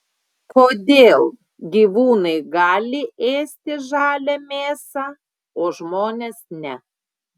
kodėl gyvūnai gali ėsti žalią mėsą o žmonės ne